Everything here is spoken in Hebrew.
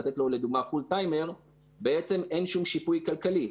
לתת לו לדוגמה פול-טיימר בעצם אין שום שיפוי כלכלי.